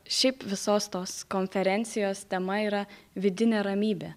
šiaip visos tos konferencijos tema yra vidinė ramybė